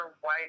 white